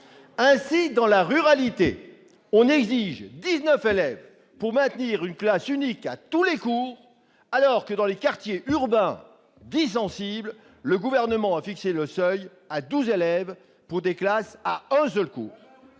Ainsi, dans la ruralité, on exige dix-neuf élèves pour maintenir une classe unique à tous les cours, alors que, dans les quartiers urbains dits « sensibles », le Gouvernement a fixé le seuil à douze élèves pour des classes à un seul cours.